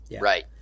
Right